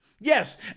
yes